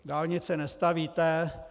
Dálnice nestavíte.